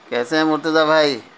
کیسے ہیں مرتضی بھائی